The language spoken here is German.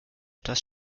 etwas